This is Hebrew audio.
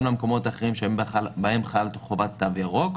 גם למקומות אחרים בהם חלה חובת תו ירוק.